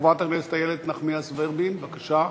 חברת הכנסת איילת נחמיאס ורבין, בבקשה.